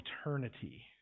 eternity